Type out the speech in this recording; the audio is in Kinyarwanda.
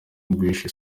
guhisha